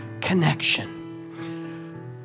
connection